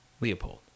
leopold